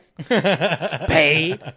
spade